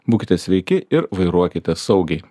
būkite sveiki ir vairuokite saugiai